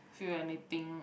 feel anything